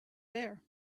there